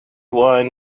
wine